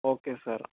okay sir